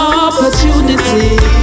opportunity